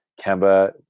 Kemba